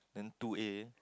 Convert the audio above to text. then two A